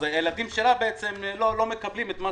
אז הילדים שלה בעצם לא מקבלים את מה